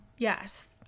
Yes